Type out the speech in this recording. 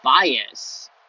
bias